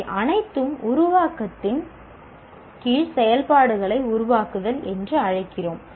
இவை அனைத்தும் உருவாக்கத்தின் கீழ் செயல்பாடுகளை உருவாக்குதல் என்று அழைக்கிறோம்